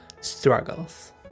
struggles